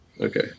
Okay